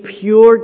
pure